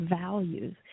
values